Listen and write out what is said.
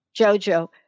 Jojo